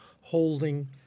holding